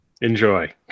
Enjoy